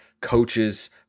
Coaches